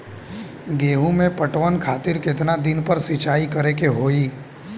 गेहूं में पटवन खातिर केतना दिन पर सिंचाई करें के होई?